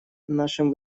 нашим